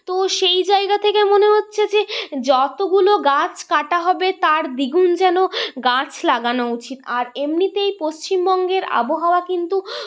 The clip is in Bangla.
তো সেই জায়গা থেকে মনে হচ্ছে যে যতগুলো গাছ কাটা হবে তার দ্বিগুণ যেন গাছ লাগানো উচিত আর এমনিতেই পশ্চিমবঙ্গের আবহাওয়া কিন্তু